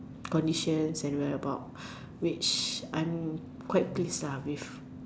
conditions and whereabout which I'm quite pleased lah with